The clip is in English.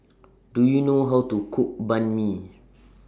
Do YOU know How to Cook Banh MI